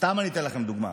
סתם אני אתן לכם דוגמה,